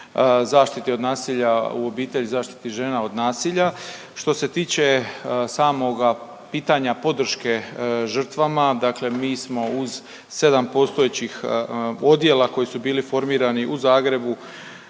zaštite od nasilja u obitelji, zaštiti žena od nasilja. Što se tiče samoga pitanja podrške žrtvama, dakle mi smo uz 7 postojećih odjela koji su bili formirani u Zagrebu,